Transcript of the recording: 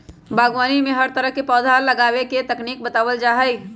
बागवानी में हर तरह के पौधा उगावे के तकनीक बतावल जा हई